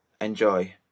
Enjoy